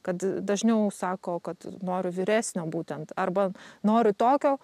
kad dažniau sako kad noriu vyresnio būtent arba noriu tokio